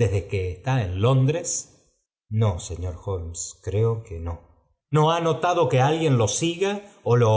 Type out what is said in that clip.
desde que está en londres r no señor holmes creo que no v no ha notado que alguien lo siga ó lo